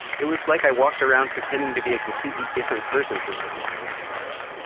it was like i walked around pretending to be a completely different person for most of my waking life.